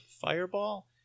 fireball